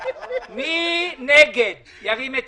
מי בעד סעיף 2 כהצעת